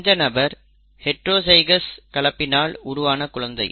இந்த நபர் ஹைட்ரோஜைகோஸ் கலப்பினால் உருவான குழந்தை